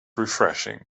refreshing